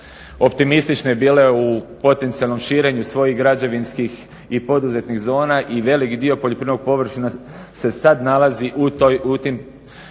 optimistične bile u potencijalnom širenju svojih građevinskih i poduzetnih zona i velik dio poljoprivrednih površina se sad nalazi u tim